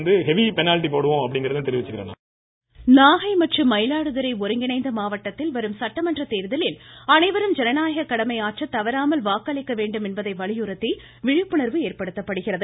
collector voice வாக்குப்பதிவு விழிப்புணர்வு நாகை மற்றும் மயிலாடுதுறை ஒருங்கிணைந்த மாவட்டத்தில் வரும் சட்டமன்ற தேர்தலில் அனைவரும் ஜனநாயக கடமை ஆற்ற தவறாமல் வாக்களிக்க வேண்டும் என்பதை வலியுறுத்தி விழிப்புணர்வு ஏற்படுத்தப்படுகிறது